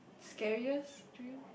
scariest dream